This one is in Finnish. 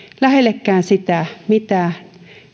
lähellekään sitä mitä